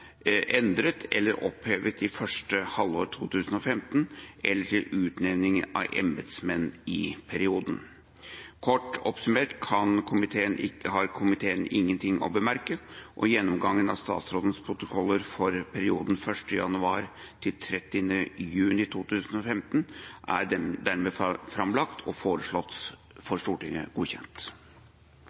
endret eller opphevet i første halvår 2015, eller til utnevning av embetsmenn i perioden. Kort oppsummert har komiteen ingenting å bemerke, og gjennomgangen av statsrådets protokoller for perioden 1. januar til 30. juni 2015 er dermed framlagt og foreslås for Stortinget godkjent.